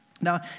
Now